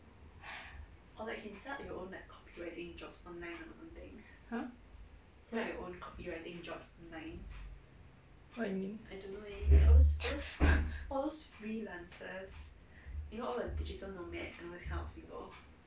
!huh! what you mean